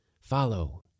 Follow